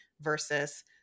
versus